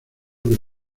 que